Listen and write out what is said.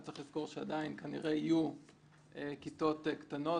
צריך לזכור שעדיין כנראה יהיו כיתות קטנות,